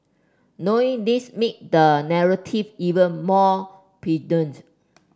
knowing this make the narrative even more